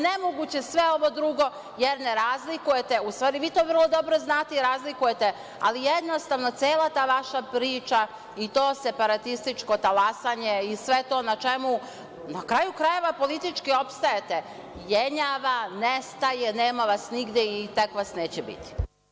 Nemoguće je sve ovo drugo, jer ne razlikujete, u stvari vi to vrlo dobro znate i razlikujete, ali jednostavno cela vaša priča i to separatističko talasanje i sve to na čemu, na kraju krajeva politički opstajete, jenjava, nestaje, nema vas nigde i tek vas neće biti.